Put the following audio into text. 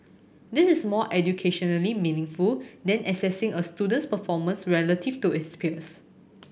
this is more educationally meaningful than assessing a student's performance relative to it's peers